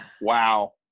wow